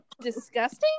disgusting